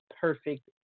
perfect